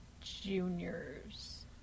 juniors